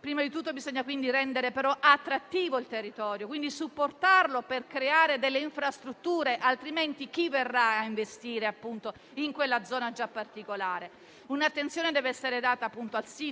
prima di tutto rendere attrattivo il territorio, e quindi supportarlo per creare delle infrastrutture, altrimenti chi verrà ad investire in quella zona già particolare? Un'attenzione particolare deve essere data